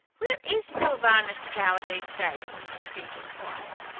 where is sylvanus power these days? mr. fink enquired.